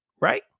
right